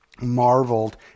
marveled